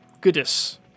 goodness